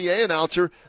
announcer